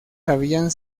habían